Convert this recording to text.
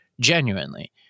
genuinely